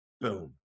Boom